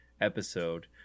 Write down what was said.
episode